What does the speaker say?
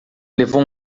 levou